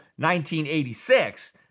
1986